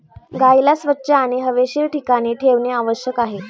गाईला स्वच्छ आणि हवेशीर ठिकाणी ठेवणे आवश्यक आहे